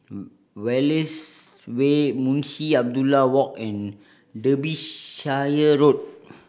Wallace Way Munshi Abdullah Walk and Road